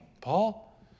Paul